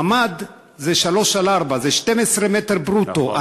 ממ"ד זה 3 על 4, זה 12 מ"ר ברוטו.